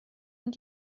und